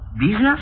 business